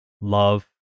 love